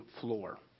floor